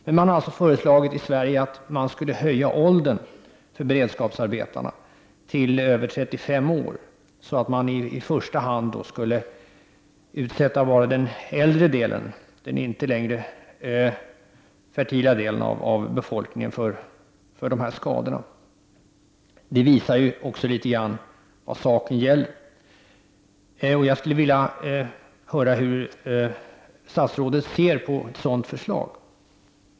Det har alltså föreslagits i Sverige att åldern för beredskapsarbetarna skall höjas till över 35 år, så att i första hand endast den äldre delen, den inte längre fertila delen, av befolkningen får dessa skador. Detta visar också litet grand vad saken gäller. Jag skulle vilja höra hur statsrådet ser på ett sådant förslag.